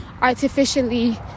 artificially